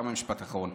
למה משפט אחרון?